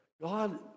God